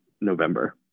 November